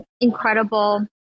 incredible